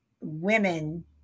women